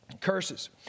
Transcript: curses